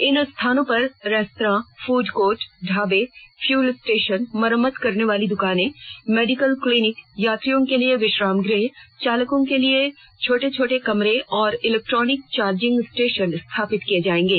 इन स्थानों पर restaurant food court ढाबे फ्यूल स्टेशन मरम्मत करने वाली दुकानें मेडिकल क्लिनिक यात्रियों के लिए विश्राम गृह चालकों के लिए छोटे छोटे कमरे और इलेक्ट्रिक चार्जिंग स्टेशन स्थापित किए जायेंगे